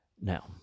Now